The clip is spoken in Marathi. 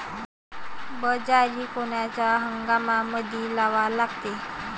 बाजरी कोनच्या हंगामामंदी लावा लागते?